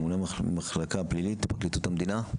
ממונה המחלקה הפלילית בפרקליטות המדינה.